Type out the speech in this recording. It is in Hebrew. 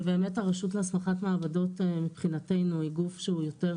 ובאמת הרשות להסמכת מעבדות מבחינתנו היא גוף שהוא יותר